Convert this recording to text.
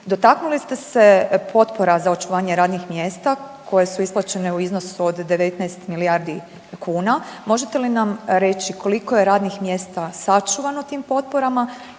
Dotaknuli ste se potpora za očuvanje radnih mjesta koje su isplaćene u iznosu od 19 milijardi kuna. Možete li nam reći koliko je radnih mjesta sačuvano tim potporama